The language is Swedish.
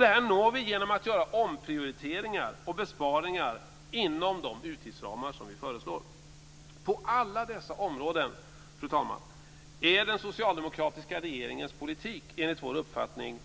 Det här når vi genom att göra omprioriteringar och besparingar inom de utgiftsramar som vi föreslår. På alla dessa områden, fru talman, är den socialdemokratiska regeringens politik enligt vår uppfattning